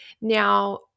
Now